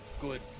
good